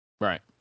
Right